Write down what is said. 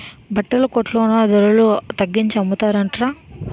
బట్టల కొట్లో నా ధరల తగ్గించి అమ్మతన్రట